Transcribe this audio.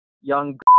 young